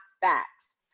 facts